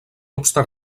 obstant